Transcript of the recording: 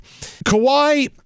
Kawhi